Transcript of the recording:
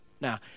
Now